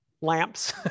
lamps